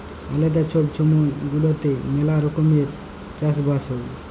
আলেদা ছব ছময় গুলাতে ম্যালা রকমের চাষ বাস হ্যয়